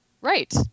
Right